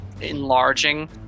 enlarging